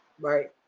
right